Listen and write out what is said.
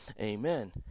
Amen